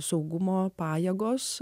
saugumo pajėgos